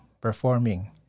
performing